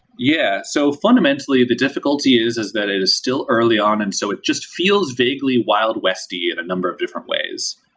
yeah. so fundamentally, the difficulty is, is that it is still early on, and so it just feels vabuely wild westy in a number of different ways.